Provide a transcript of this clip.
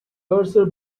cursor